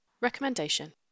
Recommendation